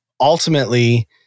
Ultimately